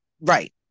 Right